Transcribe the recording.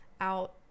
out